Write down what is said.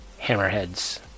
Hammerheads